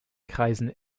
kreisen